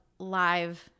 live